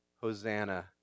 hosanna